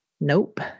Nope